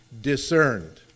discerned